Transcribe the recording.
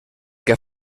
que